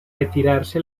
retirarse